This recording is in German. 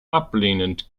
ablehnend